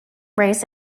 raised